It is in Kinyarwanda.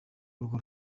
urwo